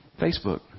Facebook